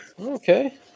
okay